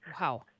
Wow